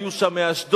היו שם מאשדוד,